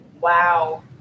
Wow